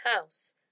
house